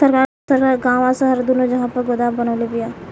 सरकार गांव आ शहर दूनो जगह पर गोदाम बनवले बिया